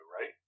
right